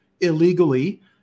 illegally